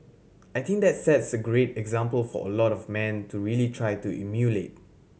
I think that sets a great example for a lot of man to really try to emulate